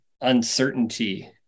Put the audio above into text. uncertainty